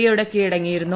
E യോട് കീഴടങ്ങിയിരുന്നു